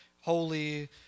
holy